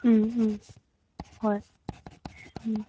ꯎꯝ ꯎꯝ ꯍꯣꯏ ꯎꯝ